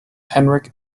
henrik